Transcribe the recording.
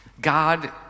God